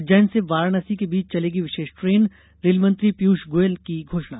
उज्जैन से वाराणसी के बीच चलेगी विषेष ट्रेनरेल मंत्री पीयूष गोयल ने की घोषणा